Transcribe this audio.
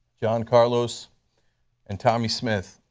john carlos and tommie smith,